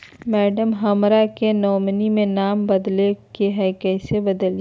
madam, हमरा के nominee में नाम बदले के हैं, कैसे बदलिए